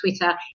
Twitter